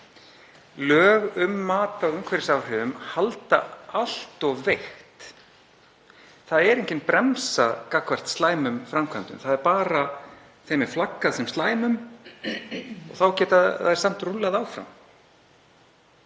Lög um mat á umhverfisáhrifum halda allt of veikt. Það er engin bremsa gagnvart slæmum framkvæmdum, þeim er flaggað sem slæmum en þær geta samt rúllað áfram.